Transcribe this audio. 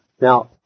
Now